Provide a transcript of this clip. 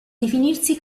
definirsi